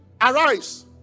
Arise